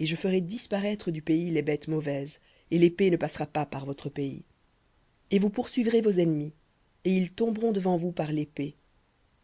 et je ferai disparaître du pays les bêtes mauvaises et l'épée ne passera pas par votre pays et vous poursuivrez vos ennemis et ils tomberont devant vous par lépée